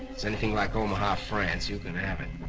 it's anything like omaha, france you can have it.